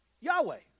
Yahweh